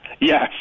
Yes